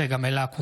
צגה מלקו,